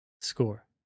score